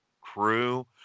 crew